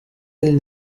del